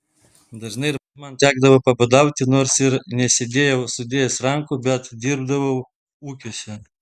dažnai ir man tekdavo pabadauti nors ir nesėdėjau sudėjęs rankų bet dirbdavau ūkiuose